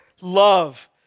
love